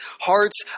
hearts